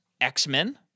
X-Men